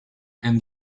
and